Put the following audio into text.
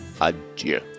adieu